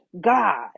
God